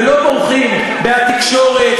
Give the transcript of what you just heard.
ולא בורחים מהתקשורת,